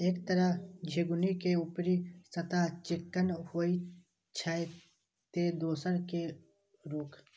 एक तरह झिंगुनी के ऊपरी सतह चिक्कन होइ छै, ते दोसर के रूख